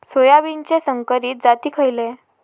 सोयाबीनचे संकरित जाती खयले?